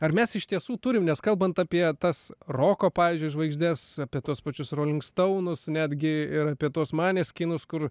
ar mes iš tiesų turim nes kalbant apie tas roko pavyzdžiui žvaigždes apie tuos pačius rouling stounus netgi ir apie tuos maneskinus kur